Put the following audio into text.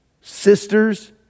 sisters